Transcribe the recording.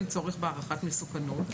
אין צורך בהערכת מסוכנות?